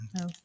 no